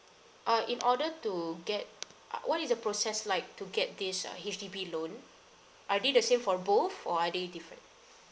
uh in order to get ah what is the process like to get this uh H_D_B loan are they the same for both or are they different